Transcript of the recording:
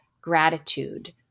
gratitude